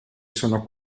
sono